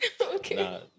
Okay